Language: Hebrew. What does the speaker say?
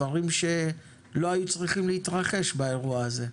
דברים שלא היו צריכים להתרחש באירוע הזה?